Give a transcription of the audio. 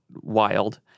wild